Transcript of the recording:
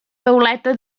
tauleta